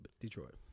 Detroit